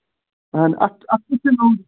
اَہَن اَتھ اَتھ کُس چھُ ناو